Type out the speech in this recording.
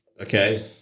Okay